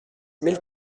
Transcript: mille